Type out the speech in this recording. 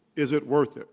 is it worth it?